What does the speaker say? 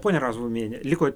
ponia razmuviene liko